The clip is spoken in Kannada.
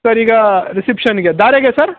ಸರ್ ಈಗ ರಿಸೆಪ್ಷನ್ಗೆ ಧಾರೆಗೆ ಸರ್